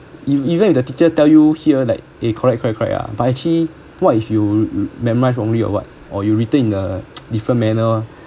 you even if the teacher tell you here like eh correct correct correct ya but actually what if you memorize wrongly or what or you written in a different manner